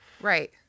Right